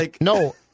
No